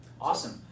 Awesome